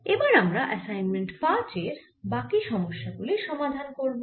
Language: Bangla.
এবার আমরা অ্যাসাইনমেন্ট 5 এর বাকি সমস্যা গুলির সমাধান করব